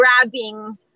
grabbing